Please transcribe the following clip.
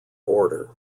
order